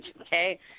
okay